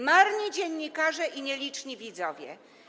Marni dziennikarze i nieliczni widzowie.